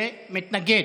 מתנגד,